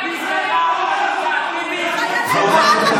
אתה מסלף את הדברים שלו.